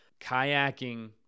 kayaking